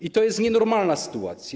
I to jest nienormalna sytuacja.